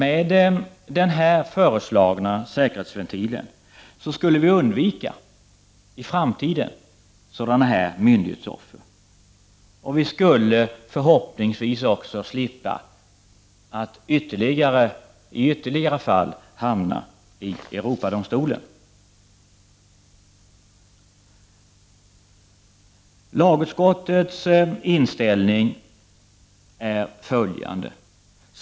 Med den här föreslagna säkerhetsventilen skulle vi i framtiden undvika att få sådana myndighetsoffer och vi skulle förhoppningsvis också slippa att i ytterligare fall hamna inför Europadomstolen. Lagutskottets inställning är följande.